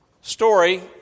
story